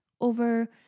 over